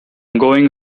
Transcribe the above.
going